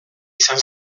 izan